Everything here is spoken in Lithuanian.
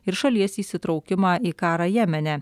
ir šalies įsitraukimą į karą jemene